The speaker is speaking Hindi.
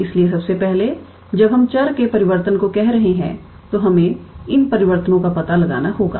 इसलिए सबसे पहले जब हम चर के परिवर्तन को कैसे कह रहे हैं तो हमें इन परिवर्तनों का पता लगाना होगा